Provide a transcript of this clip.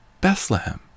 Bethlehem